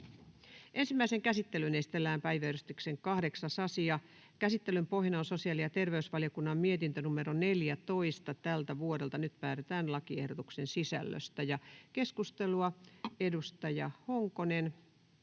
Ensimmäiseen käsittelyyn esitellään päiväjärjestyksen 8. asia. Käsittelyn pohjana on sosiaali- ja terveysvaliokunnan mietintö StVM 14/2024 vp. Nyt päätetään lakiehdotuksen sisällöstä. — Keskustelua, edustaja Honkonen.